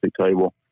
table